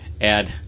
add